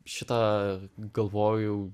šitą galvojau